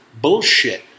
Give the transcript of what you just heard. bullshit